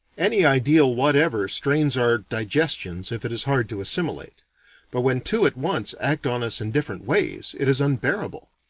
any ideal whatever strains our digestions if it is hard to assimilate but when two at once act on us in different ways, it is unbearable.